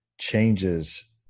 changes